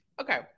okay